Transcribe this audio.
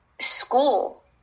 school